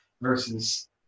versus